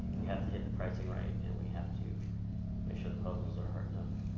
we have to hit the pricing right and we have to make sure the puzzles are hard enough,